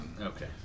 Okay